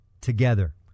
together